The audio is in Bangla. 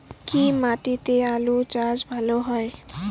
কি মাটিতে আলু চাষ ভালো হয়?